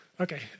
Okay